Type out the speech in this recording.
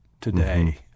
today